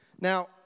Now